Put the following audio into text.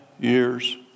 years